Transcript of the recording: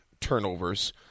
turnovers